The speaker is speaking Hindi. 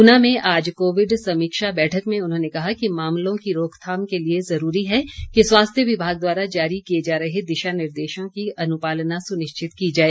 ऊना में आज कोविड समीक्षा बैठक में उन्होंने कहा कि मामलों की रोकथाम के लिए ज़रूरी है कि स्वास्थ्य विभाग द्वारा जारी किए जा रहे दिशा निर्देशों की अनुपालना सुनिश्चित की जाए